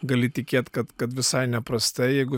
gali tikėt kad kad visai neprastai jeigu